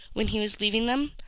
when he was leaving them.